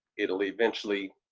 it'll eventually,